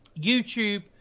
youtube